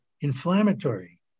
inflammatory